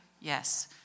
Yes